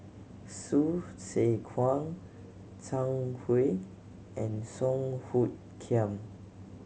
Hsu Tse Kwang Zhang Hui and Song Hoot Kiam